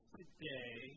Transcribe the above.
today